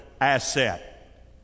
asset